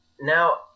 Now